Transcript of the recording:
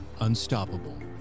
unstoppable